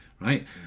right